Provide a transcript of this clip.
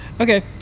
Okay